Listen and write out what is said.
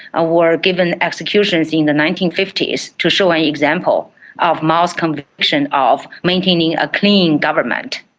ah were given executions in the nineteen fifty s to show an example of mao's conviction of maintaining a clean government.